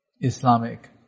Islamic